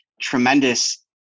tremendous